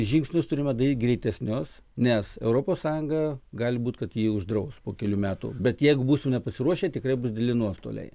žingsnius turime daryt greitesnius nes europos sąjunga gali būt kad jį uždraus po kelių metų bet jeigu būsim pasiruošę tikrai bus dideli nuostoliai